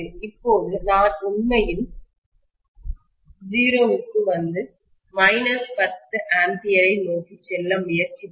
இப்போது நான் உண்மையில் 0 க்கு வந்து மைனஸ் 10 ஆம்பியரை நோக்கி செல்ல முயற்சித்தால்